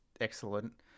excellent